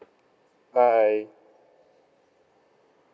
bye